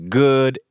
good